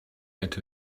into